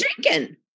drinking